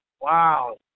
Wow